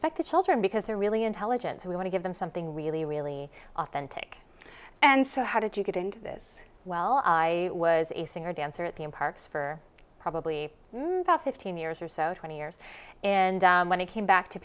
spec the children because they're really intelligent so we want to give them something really really authentic and so how did you get into this well i was a singer dancer at the end parks for probably about fifteen years or so twenty years and when it came back to